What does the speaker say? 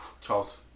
Charles